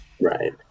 Right